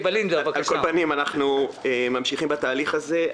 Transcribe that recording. על כל פנים, אנחנו ממשיכים בתהליך הזה.